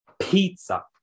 Pizza